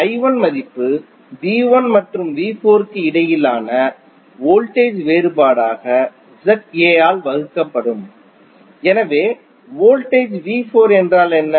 I1 மதிப்பு V1 மற்றும் V4 க்கு இடையிலான வோல்டேஜ் வேறுபாடாக ZA ஆல் வகுக்கப்படும் எனவே வோல்டேஜ் V4 என்றால் என்ன